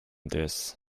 this